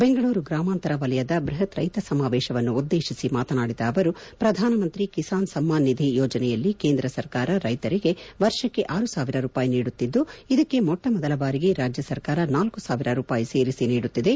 ಬೆಂಗಳೂರು ಗ್ರಾಮಾಂತರ ವಲಯದ ಬೃಹತ್ ರೈತ ಸಮಾವೇಶವನ್ನು ಉದ್ದೇಶಿಸಿ ಮಾತನಾಡಿದ ಅವರು ಪ್ರಧಾನಮಂತ್ರಿ ಕಿಸಾನ್ ಸಮ್ಮಾನ್ ನಿಧಿ ಯೋಜನೆಯಲ್ಲಿ ಕೇಂದ್ರ ಸರ್ಕಾರ ರೈತರಿಗೆ ವರ್ಷಕ್ಕೆ ಆರು ಸಾವಿರ ರೂಪಾಯಿ ನೀಡುತ್ತಿದ್ದು ಇದಕ್ಕೆ ಮೊಟ್ಟ ಮೊದಲ ಬಾರಿಗೆ ರಾಜ್ಯ ಸರ್ಕಾರ ನಾಲ್ಕು ಸಾವಿರ ರೂಪಾಯಿಗಳನ್ನು ಸೇರಿಸಿ ನೀಡುತ್ತಿದೆ